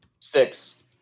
Six